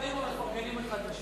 בקדימה מפרגנים אחד לשני.